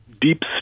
deep